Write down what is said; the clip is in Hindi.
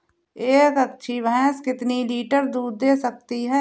एक अच्छी भैंस कितनी लीटर दूध दे सकती है?